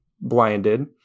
blinded